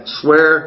swear